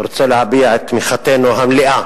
אני רוצה להביע את תמיכתנו המלאה